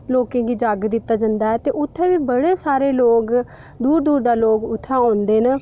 लोकें गी जग दित्ता जंदा ऐ ते उत्थै बी बड़े सारे लोग दूर दूर दा लोग उत्थै औंदे न